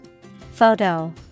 Photo